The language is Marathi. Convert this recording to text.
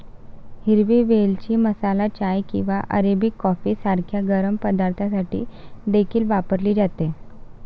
हिरवी वेलची मसाला चाय किंवा अरेबिक कॉफी सारख्या गरम पदार्थांसाठी देखील वापरली जाते